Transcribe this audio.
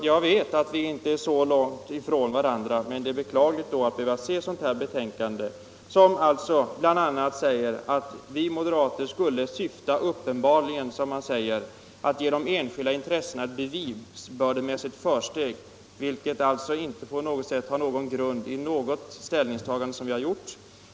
Jag vet att fru Olsson och jag inte står så långt ifrån varandra, och då är det beklagligt att behöva läsa ett sådant här betänkande, där det bl.a. sägs att vi moderater uppenbarligen syftar till ”att ge de enskilda intressena ett bevisbördemässigt försteg”. Det påståendet har inte någon som helst grund i de ställningstaganden som vi har gjort.